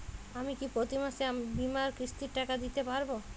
আমি কি প্রতি মাসে বীমার কিস্তির টাকা দিতে পারবো?